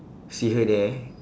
see her there